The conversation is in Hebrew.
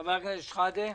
חבר הכנסת שחאדה.